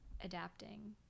adapting